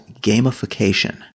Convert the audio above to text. gamification